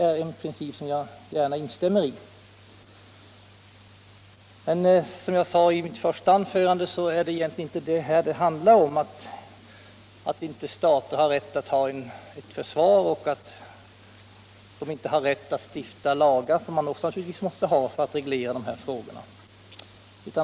Den principen instämmer jag gärna i. Som jag sade i mitt första anförande är det inte detta frågan handlar om, dvs. att staten inte skulle ha rätt att ha ett försvar och inte skulle ha rätt att stifta lagar för att reglera de här frågorna.